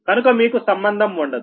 కనుక మీకు సంబంధం ఉండదు